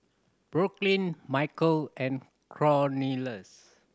Brooklynn Michale and Cornelius